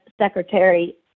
Secretary